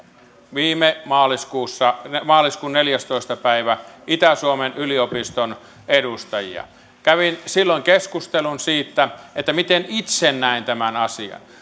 viime maaliskuussa maaliskuun neljästoista päivä itä suomen yliopiston edustajia kävin silloin keskustelun siitä miten itse näin tämän asian